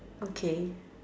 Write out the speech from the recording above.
okay